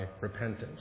repentance